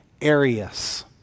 Arius